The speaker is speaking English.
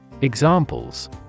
Examples